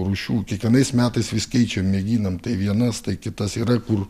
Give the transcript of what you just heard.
rūšių kiekvienais metais vis keičiam mėginam tai vienas tai kitas yra kur